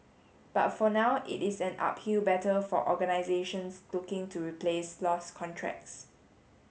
but for now it is an uphill battle for organisations looking to replace lost contracts